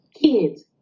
kids